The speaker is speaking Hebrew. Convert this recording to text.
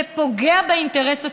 זה פוגע באינטרס הציבורי.